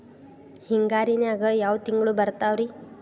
ಹಿಂಗಾರಿನ್ಯಾಗ ಯಾವ ತಿಂಗ್ಳು ಬರ್ತಾವ ರಿ?